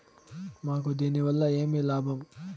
మాకు దీనివల్ల ఏమి లాభం